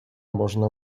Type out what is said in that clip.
można